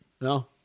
no